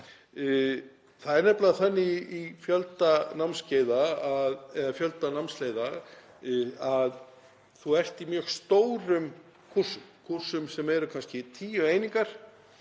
Það er nefnilega þannig í fjölda námsleiða að þú ert í mjög stórum kúrsum, kúrsum sem eru kannski tíu einingar,